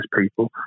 people